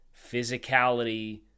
physicality